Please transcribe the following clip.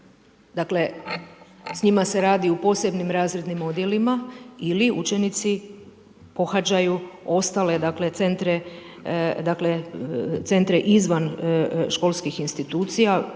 dakle, s njima se radi u posebnim razrednim odjelima ili učenici pohađaju ostale, dakle, centre, dakle, centre izvan školskih institucija